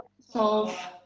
solve